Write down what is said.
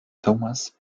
thomas